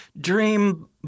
dream